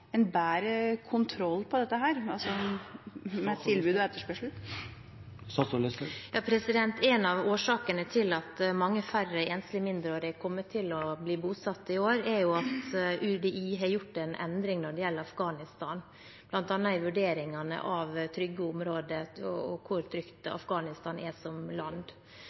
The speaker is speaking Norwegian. en bedre kontroll over dette – over tilbud og etterspørsel? En av årsakene til at mange færre enslige mindreårige kommer til å bli bosatt i år, er at UDI har gjort en endring når det gjelder Afghanistan, bl.a. i vurderingene av trygge områder og hvor trygt Afghanistan er som land.